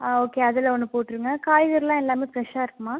ஆ okay அதில ஒன்று போட்ருங்க காய்கறிலாம் எல்லாமே ஃப்ரெஷ்ஷாக இருக்குமா